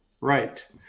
Right